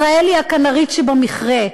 ישראל היא הקנרית שבמכרה.